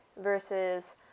versus